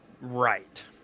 right